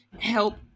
help